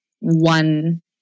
one